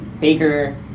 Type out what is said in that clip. Baker